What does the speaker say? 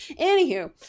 Anywho